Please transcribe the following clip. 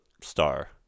star